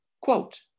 Quote